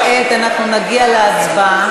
כאמור, רבותי, כעת אנחנו נגיע להצבעה.